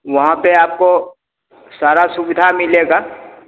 वहाँ पर आपको सारी सुविधा मिलेगी